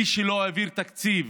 מי שלא העביר תקציב